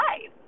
life